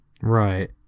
right